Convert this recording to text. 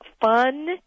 fun